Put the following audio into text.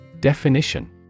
Definition